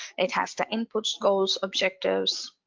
it has the inputs, goals, objectives,